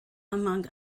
among